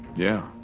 yeah,